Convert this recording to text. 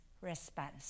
response